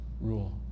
rule